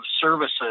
services